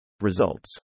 Results